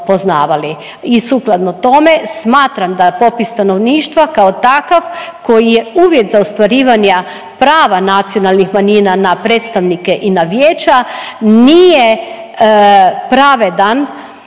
i sukladno tome smatram da popis stanovništva kao takav koji je uvjet za ostvarivanje prava nacionalnih manjina na predstavnike i na vijeća nije pravedan,